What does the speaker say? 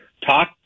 talk